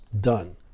Done